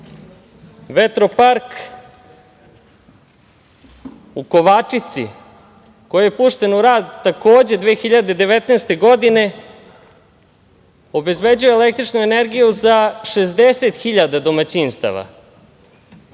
evra. Vetropark u Kovačici koji je pušten u rad takođe 2019. godine, obezbeđuje električnu energiju za 60.000 domaćinstava. Vetropark